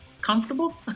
comfortable